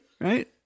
right